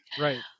right